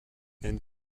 and